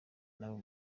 n’abo